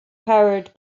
powered